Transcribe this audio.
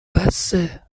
بسه